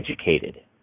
educated